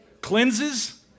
cleanses